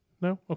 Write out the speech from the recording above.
No